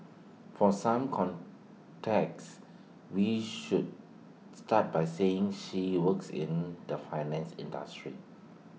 for some context we should start by saying she works in the finance industry